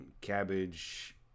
cabbage